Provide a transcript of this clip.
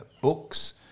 books